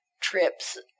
trips